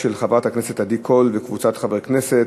של חברת הכנסת עדי קול וקבוצת חברי הכנסת,